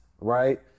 right